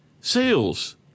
sales